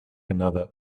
another